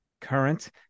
Current